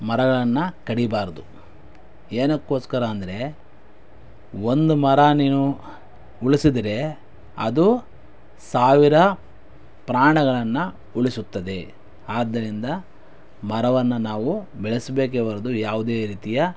ಮರಗಳನ್ನು ಕಡಿಬಾರ್ದು ಏನಕ್ಕೋಸ್ಕರ ಅಂದರೆ ಒಂದು ಮರ ನೀವು ಉಳ್ಸದ್ರೆ ಅದು ಸಾವಿರ ಪ್ರಾಣಗಳನ್ನು ಉಳಿಸುತ್ತದೆ ಆದ್ದರಿಂದ ಮರವನ್ನು ನಾವು ಬೆಳೆಸಬೇಕೇ ಹೊರ್ತು ಯಾವುದೇ ರೀತಿಯ